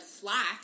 slack